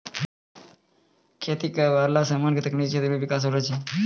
खेती करै वाला समान से तकनीकी क्षेत्र मे बिकास होलो छै